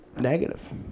negative